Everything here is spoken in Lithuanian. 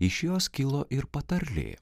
iš jos kilo ir patarlė